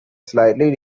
slightly